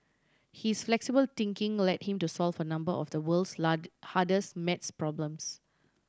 his flexible thinking led him to solve a number of the world's hardest maths problems